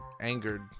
angered